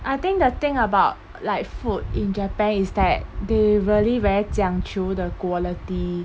I think the thing about like food in japan is like they really very 讲究的 quality